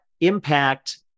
impact